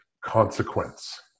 consequence